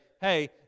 hey